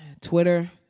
twitter